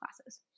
classes